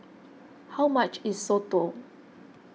how much is Soto